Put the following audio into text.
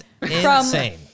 insane